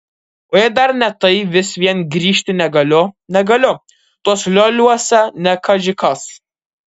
o jei dar ne tai vis vien grįžti negaliu negaliu tuos lioliuose ne kaži kas